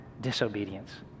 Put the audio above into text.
disobedience